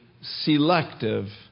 selective